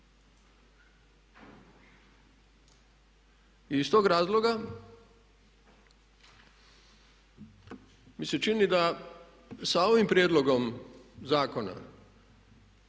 I iz tog razloga mi se čini da sa ovim prijedlogom zakona